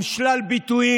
בנושא התקשורת הישראלית.